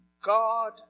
God